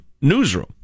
newsroom